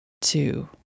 two